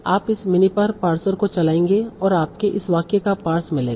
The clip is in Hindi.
आप इस मिनिपार पार्सर को चलाएंगे और आपको इस वाक्य का पार्स मिलेगा